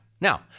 now